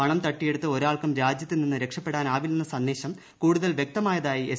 പണം തട്ടിയെടുത്ത് ഒരാൾക്കും രാജ്യത്തുനിന്നും രക്ഷപ്പെടാനാവില്ലെന്ന സന്ദേശം കൂടുതൽ വൃക്തമായതായി എസ്